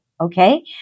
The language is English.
okay